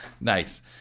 nice